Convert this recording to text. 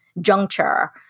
juncture